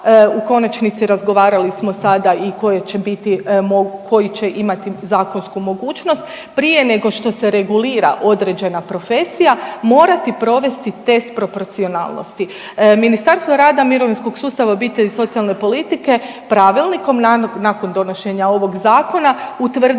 u konačnici, razgovarali smo sada i koje će biti, koji će imati zakonsku mogućnost, prije nego što se regulira određena profesija, morati provesti test proporcionalnosti. Ministarstvo rada i mirovinskog sustava, obitelji i socijalne politike pravilnikom nakon donošenja ovog Zakona utvrdit